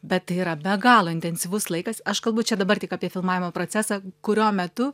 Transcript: bet tai yra be galo intensyvus laikas aš kalbu čia dabar tik apie filmavimo procesą kurio metu